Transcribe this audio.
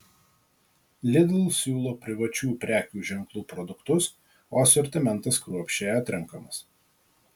lidl siūlo privačių prekių ženklų produktus o asortimentas kruopščiai atrenkamas